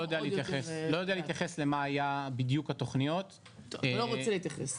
יודע להתייחס למה היו בדיוק התכניות --- אתה לא רוצה להתייחס.